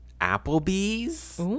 Applebee's